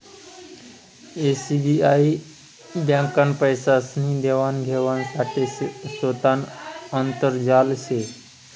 SBI ब्यांकनं पैसासनी देवान घेवाण साठे सोतानं आंतरजाल शे